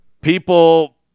people